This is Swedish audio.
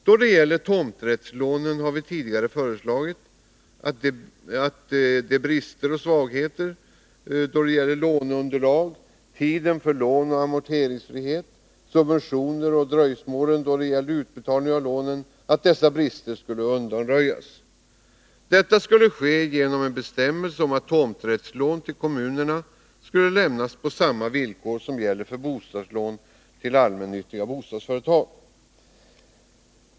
Då det gäller tomträttslånen har vi tidigare föreslagit att bristerna och svagheterna beträffande låneunderlag, tiden för lån och amorteringsfrihet, subventioner och dröjsmål i fråga om utbetalning av lånen skall undanröjas. Detta skulle ske genom en bestämmelse om att tomträttslån till kommunerna skulle lämnas på samma villkor som för bostadslån till allmännyttiga bostadsföretag.